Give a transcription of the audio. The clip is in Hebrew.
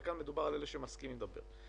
וכאן מדובר על אלה שמסכימים לדבר.